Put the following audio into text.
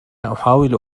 أحاول